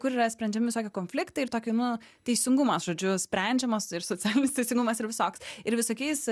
kur yra sprendžiami visokie konfliktai ir tokie nu teisingumas žodžiu sprendžiamas ir socialinis teisingumas ir visoks ir visokiais